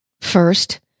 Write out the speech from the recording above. First